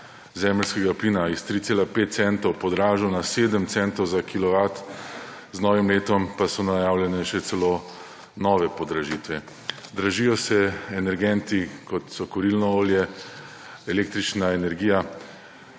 zemeljskega plina iz 3,5 centov podražil na 7 centov za kilovat, z novim letom pa so najavljene še celo nove podražitve. Dražijo se energenti kot so kurilno olje, električna energija,